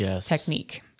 technique